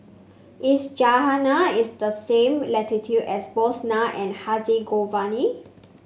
is Ghana is the same latitude as Bosnia and Herzegovina